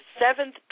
seventh